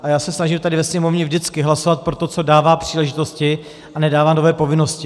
A já se snažím tady ve Sněmovně vždycky hlasovat pro to, co dává příležitosti a nedává nové povinnosti.